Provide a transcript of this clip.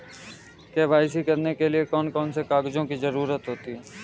KYC करने के लिए कौन कौन से कागजों की जरूरत होती है?